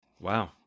Wow